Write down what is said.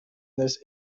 this